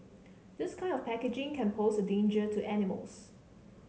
this kind of packaging can pose a danger to animals